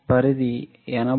సరే